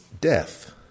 death